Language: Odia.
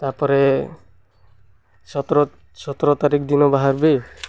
ତା'ପରେ ସତର ସତର ତାରିଖ ଦିନ ବାହାରିବି